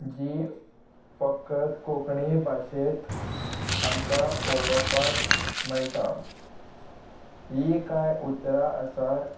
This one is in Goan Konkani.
जीं फकत कोंकणी भाशेंत आमकां पळोवपाक मेळटा हीं कांय उतरां आसा